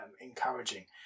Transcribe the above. encouraging